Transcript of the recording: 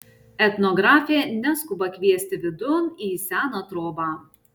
etnografė neskuba kviesti vidun į seną trobą